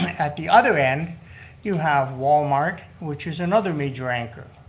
at the other end you have walmart, which is another major anchor.